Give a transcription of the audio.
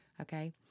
Okay